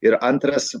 ir antras